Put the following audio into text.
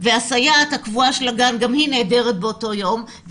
והסייעת הקבועה של הגן גם היא נעדרת באותו יום.